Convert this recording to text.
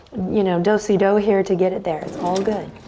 you know, do-si-do here to get it there. it's all good.